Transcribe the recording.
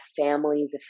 families